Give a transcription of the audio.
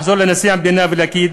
לחזור לנשיא המדינה ולהגיד: